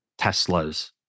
Teslas